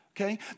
okay